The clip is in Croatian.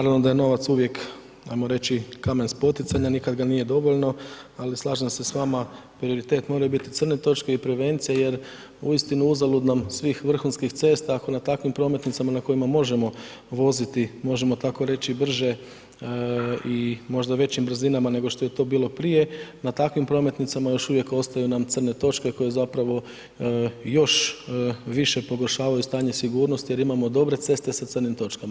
Naravno da je novac uvijek ajmo reći kamen spoticanja, nikad ga nije dovoljno, ali slažem se s vama, prioritet moraju biti crne točke i prevencija jer uistinu uzalud nam svih vrhunskih cesta ako na takvim prometnicama na kojima možemo voziti, možemo tako reći brže i možda većim brzinama nego što je to bilo prije, na takvim prometnicama još uvijek ostaju nam crne točke koje zapravo još više pogoršavaju stanje sigurnosti jer imamo dobre ceste sa crnim točkama.